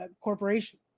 corporation